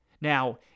Now